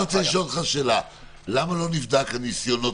למה לא נבדק ניסיונות